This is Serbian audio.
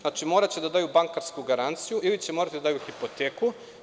Znači, moraće da daju bankarsku garanciju ili će morati da daju hipoteku.